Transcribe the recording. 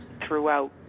throughout